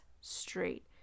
straight